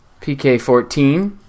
PK14